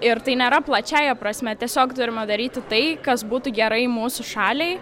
ir tai nėra plačiąja prasme tiesiog turime daryti tai kas būtų gerai mūsų šaliai